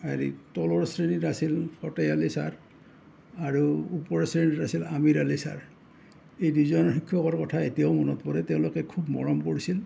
হেৰি তলৰ শ্ৰেণীত আছিল ফটেৰ আলি ছাৰ আৰু ওপৰৰ শ্ৰেণীত আছিল আমিৰ আলী ছাৰ এই দুজন শিক্ষকৰ কথা এতিয়াও মনত পৰে তেওঁলোকে খুব মৰম কৰিছিল